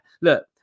look